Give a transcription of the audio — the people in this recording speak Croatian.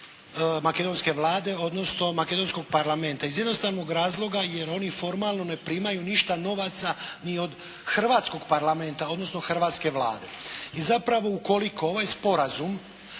makedonske Vlade, odnosno makedonskog Parlament. Iz jednostavnog razloga, jer oni formalno ne primaju ništa novaca ni od hrvatskog Parlamenta, odnosno hrvatske Vlade. I zapravo ukoliko ovaj sporazum